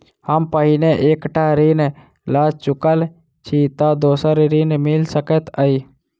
हम पहिने एक टा ऋण लअ चुकल छी तऽ दोसर ऋण मिल सकैत अई?